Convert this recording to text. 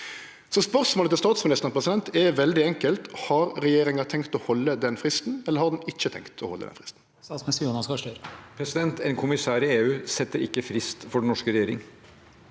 Så spørsmålet til statsministeren er veldig enkelt: Har regjeringa tenkt å halde den fristen, eller har dei ikkje tenkt å halde den fristen?